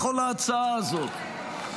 בכל ההצעה הזאת.